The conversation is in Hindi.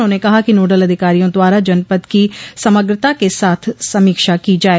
उन्होंने कहा कि नोडल अधिकारियों द्वारा जनपद की समग्रता के साथ समीक्षा की जाये